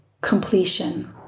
completion